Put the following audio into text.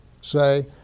say